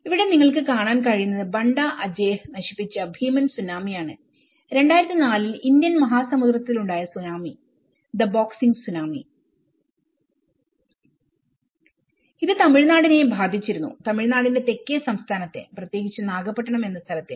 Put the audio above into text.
ഇവിടെ നിങ്ങൾക്ക് കാണാൻ കഴിയുന്നത് ബണ്ട അജേഹ്നശിപ്പിച്ച ഭീമൻ സുനാമി യാണ്2004 ൽ ഇന്ത്യൻ മഹാസമുദ്രത്തിൽ ഉണ്ടായ സുനാമി ദ ബോക്സിങ് സുനാമി ഇത് തമിഴ്നാടിനെയും ബാധിച്ചിരുന്നു തമിഴ്നാടിന്റെ തെക്കേ സംസ്ഥാനത്തെ പ്രത്യേകിച്ച് നാഗപട്ടണം എന്ന സ്ഥലത്തെ